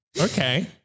Okay